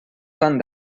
fan